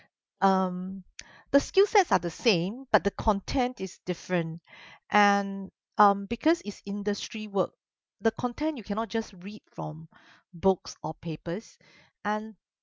um the skill sets are the same but the content is different and um because it's industry work the content you cannot just read from books or papers and